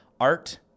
Art